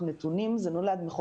זה נולד מניתוח נתונים,